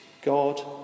God